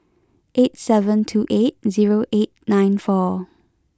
eight seven two eight zero eight nine four